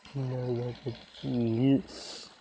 இந்த கட்சியில்